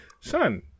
Son